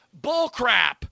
bullcrap